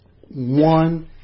one